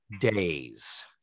days